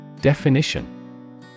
definition